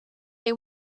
they